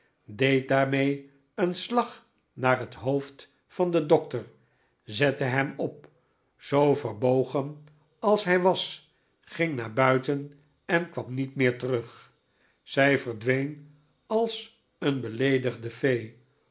deed daarmee een slag naar het hoofd van den dokter zette hem op zoo verbogen als hij was ging naar buiten en kwam niet terug zij verdween als een